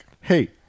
Hey